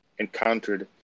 encountered